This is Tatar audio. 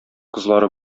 кызлары